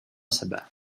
sebe